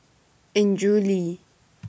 Andrew Lee